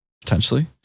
Potentially